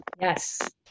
yes